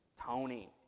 Tony